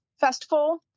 Festival